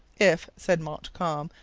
if, said montcalm,